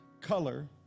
color